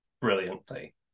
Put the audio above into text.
brilliantly